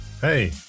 Hey